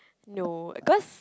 no cause